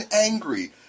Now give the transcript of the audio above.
angry